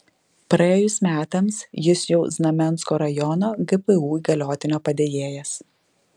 praėjus metams jis jau znamensko rajono gpu įgaliotinio padėjėjas